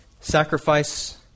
Sacrifice